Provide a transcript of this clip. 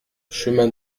chemin